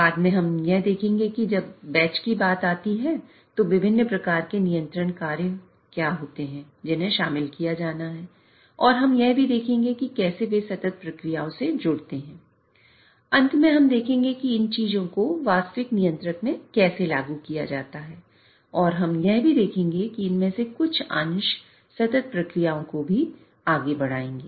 बाद में हम देखेंगे कि जब यह बैच की बात आती है तो विभिन्न प्रकार के नियंत्रण कार्य होते हैं जिन्हें शामिल किया जाना है और हम यह भी देखेंगे कि कैसे वे सतत प्रक्रियाओं को भी आगे बढ़ाएंगे